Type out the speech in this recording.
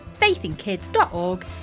faithinkids.org